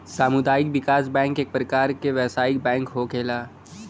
सामुदायिक विकास बैंक इक परकार के व्यवसायिक बैंक होखेला